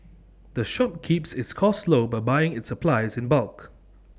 the shop keeps its costs low by buying its supplies in bulk